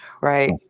right